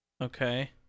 Okay